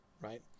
right